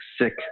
sick